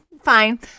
fine